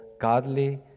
Godly